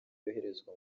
yoherezwa